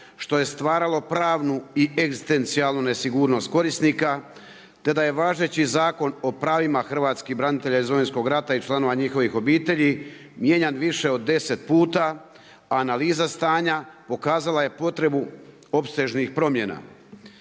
što je stvaralo pravnu i egzistencijalnu nesigurnost korisnika te da je važeći zakon o pravima hrvatskih branitelja iz Domovinskog rata i članovima njihovih obitelji mijenjan više od deset puta, analiza stanja pokazale je potrebu opsežnih promjena.